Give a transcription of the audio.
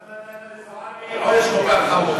נתת לזועבי עונש כל כך חמור?